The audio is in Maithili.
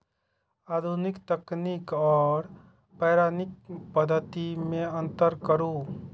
आधुनिक तकनीक आर पौराणिक पद्धति में अंतर करू?